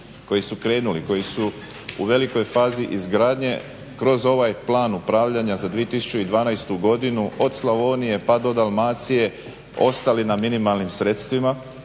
koji su krenuli, koji su u velikoj fazi izgradnje, kroz ovaj plan upravljanja za 2012. godinu od Slavonije pa do Dalmacije ostali na minimalnim sredstvima.